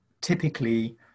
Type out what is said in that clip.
typically